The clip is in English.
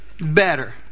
Better